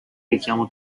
richiamo